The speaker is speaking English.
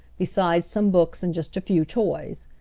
besides some books and just a few toys.